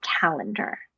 calendar